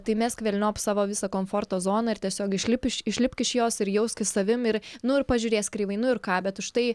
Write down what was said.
tai mesk velniop savo visą komforto zoną ir tiesiog išlip iš išlipk iš jos ir jauskis savim ir nu ir pažiūrės kreivai nu ir ką bet už tai